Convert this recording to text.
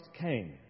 came